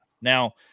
Now